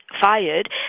fired